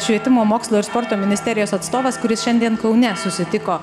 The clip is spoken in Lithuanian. švietimo mokslo ir sporto ministerijos atstovas kuris šiandien kaune susitiko